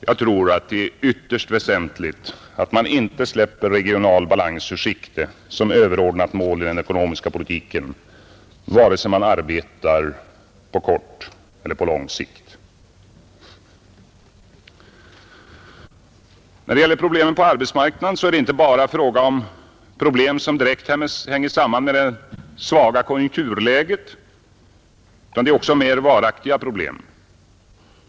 Jag tror det är ytterst väsentligt att man inte släpper ur sikte att regional balans måste vara ett överordnat mål i den ekonomiska politiken vare sig man arbetar på kort eller på lång sikt. Problemen på arbetsmarknaden är inte bara problem som direkt hänger samman med det svaga konjunkturläget, utan de är också mer varaktiga problem.